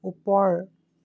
ওপৰ